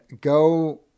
go